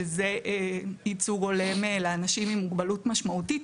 שזה ייצוג להולם לאנשים עם מוגבלות משמעותית,